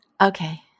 Okay